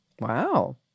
Wow